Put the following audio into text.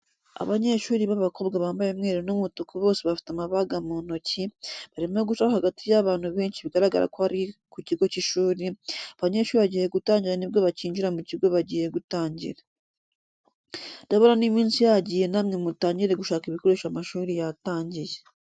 Abanyeshuri b'abakobwa bambaye umweru n'umutuku bose bafite amabaga mu ntoki, barimo guca hagati y'abantu benshi bigaragara ko ari ku kigo cy'ishuri, abanyeshuri bagiye gutangira ni bwo bakinjira ku kigo bagiye gutangira. Ndabona n'iminsi yagiye namwe mutangire gushaka ibikoresho amashuri yatangiye.